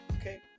okay